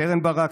קרן ברק,